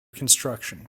construction